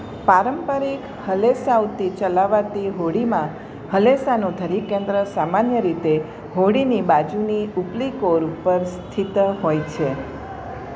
પારંપરિક હલેસાઓથી ચલાવાતી હોડીમાં હલેસાનું ધરી કેન્દ્ર સામાન્ય રીતે હોડીની બાજુની ઉપલી કોર ઉપર સ્થિત હોય છે